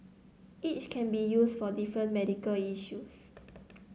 each can be used for different medical issues